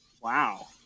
Wow